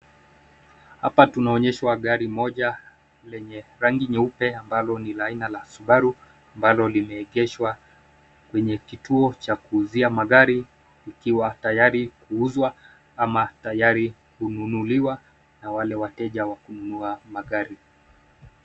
Hapa tunaonyeshwa gari moja lenye rangi nyeupe ambalo ni la aina la subaru ambalo limeegeshwa kwenye kituo cha kuuzia magari likiwa tayari kuuzwa ama tayari kununuliwa na wale wateja wa kununua magari.